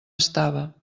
estava